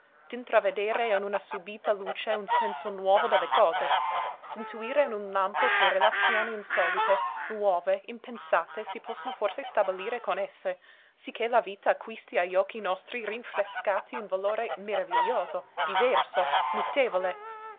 nuovi d'intravedere in una súbita luce un senso nuovo delle cose d'intuire in un lampo che relazioni insolite nuove impensate si possono forse stabilire con esse sicché la vita acquisti agli occhi nostri rinfrescati un valore meraviglioso diverso mutevole